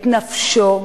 את נפשו,